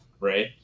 Right